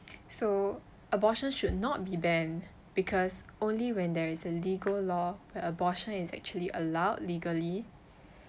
so abortions should not be banned because only when there is a legal law that abortion is actually allowed legally